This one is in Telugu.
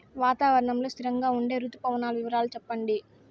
వాతావరణం లో స్థిరంగా ఉండే రుతు పవనాల వివరాలు చెప్పండి?